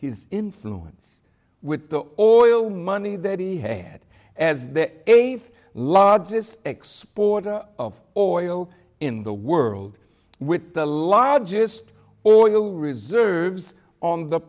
he's influence with the oil money that he had as the eighth largest exporter of oil in the world with the largest oil reserves on the